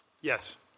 Yes